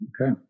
okay